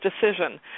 decision